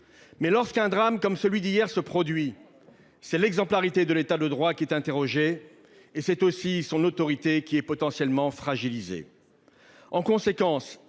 mais lorsqu'un drame comme celui d'hier se produit, c'est l'exemplarité de l'État de droit qui est remise en question et c'est aussi son autorité qui est potentiellement fragilisée. En conséquence,